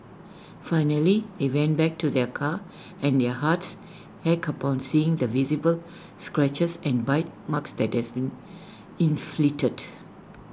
finally they went back to their car and their hearts ached upon seeing the visible scratches and bite marks that has been inflicted